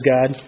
God